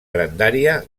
grandària